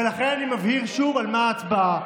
ולכן אני מבהיר שוב על מה ההצבעה.